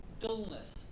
dullness